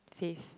face